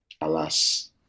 Alas